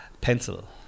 pencil